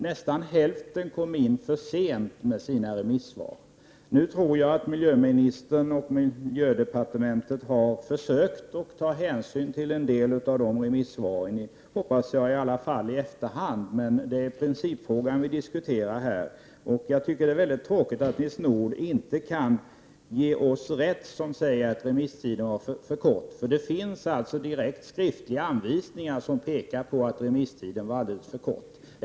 Nästan hälften av remissvaren kom in för sent. Nu tror jag att miljöministern och miljödepartementet har försökt ta hänsyn till en del av dessa remissvar i efterhand. I varje fall hoppas jag det. Men det är principfrågan vi diskuterar här. Det är tråkigt att Nils Nordh inte kan ge oss rätt när vi säger att remisstiden var för kort. Det finns skriftliga anvisningar som visar att remisstiden var alldeles för kort.